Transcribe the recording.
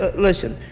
ah listen.